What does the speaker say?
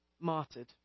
Martyred